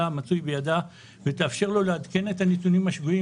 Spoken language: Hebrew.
המצוי בידה ותאפשר לו לעדכן את הנתונים השבועיים,